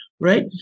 right